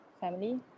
family